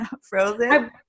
frozen